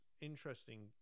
interesting